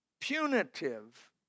punitive